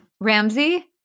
Ramsey